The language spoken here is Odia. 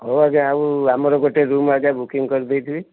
ହଉ ଆଜ୍ଞା ଆଉ ଆମର ଗୋଟେ ରୁମ୍ ଆଜ୍ଞା ବୁକିଂ କରି ଦେଇଥିବେ